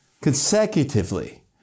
consecutively